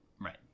Right